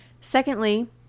secondly